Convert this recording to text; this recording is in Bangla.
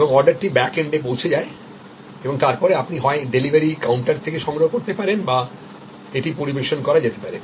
এবং অর্ডারটি ব্যাক এন্ডে পৌঁছেযায় এবং তারপরে আপনি হয় ডেলিভারি কাউন্টার থেকে সংগ্রহ করতে পারেন বা এটি পরিবেশন করা যেতে পারে